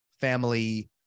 family